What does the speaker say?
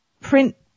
print